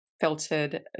filtered